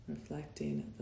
Reflecting